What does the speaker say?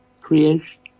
creation